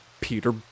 Peter